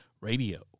Radio